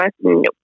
Nope